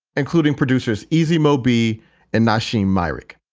including producers easy mobi and nosheen. meyrick.